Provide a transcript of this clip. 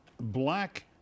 black